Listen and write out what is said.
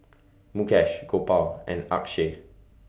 Mukesh Gopal and Akshay